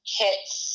hits